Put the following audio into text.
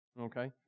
okay